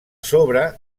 sobre